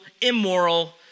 immoral